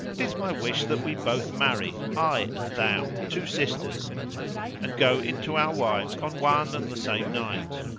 it is my wish that we both marry, i and thou, two sisters and go in to our wives on one and the same night.